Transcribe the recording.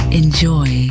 enjoy